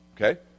okay